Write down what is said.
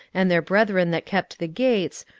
and their brethren that kept the gates,